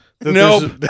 Nope